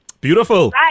Beautiful